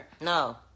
No